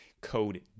code